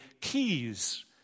keys